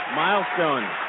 Milestone